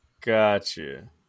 Gotcha